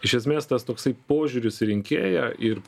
iš esmės tas toksai požiūris į rinkėją ir